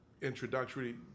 introductory